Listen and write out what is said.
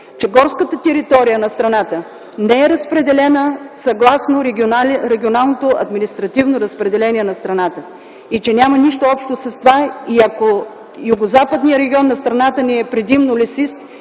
че горската територия на страната не е разпределена съгласно регионалното административно разпределение на страната и че няма нищо общо с това. Ако Югозападният регион на страната ни е предимно горист